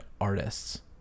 artists